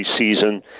season